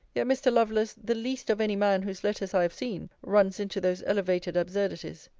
yet mr. lovelace, the least of any man whose letters i have seen, runs into those elevated absurdities.